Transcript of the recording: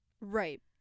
Right